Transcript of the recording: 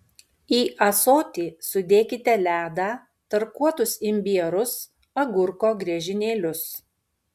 į ąsotį sudėkite ledą tarkuotus imbierus agurko griežinėlius